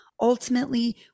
ultimately